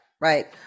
right